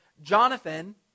Jonathan